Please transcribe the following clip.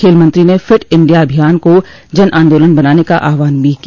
खेल मंत्री ने फिट इंडिया अभियान को जनान्दोलन बनाने का आहवान भी किया